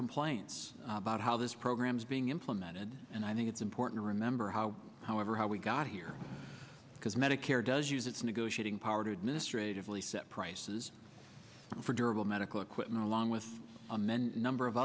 complaints about how this program is being implemented and i think it's important to remember how however how we got here because medicare does use its negotiating power to administrative leave set prices for durable medical equipment along with a man number of